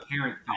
parent